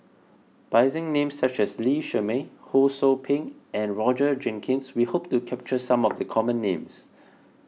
by using names such as Lee Shermay Ho Sou Ping and Roger Jenkins we hope to capture some of the common names